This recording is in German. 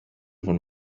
von